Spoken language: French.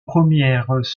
premières